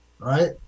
right